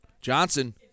Johnson